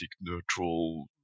neutral